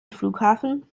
flughafen